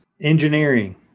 engineering